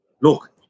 look